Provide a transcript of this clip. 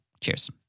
Cheers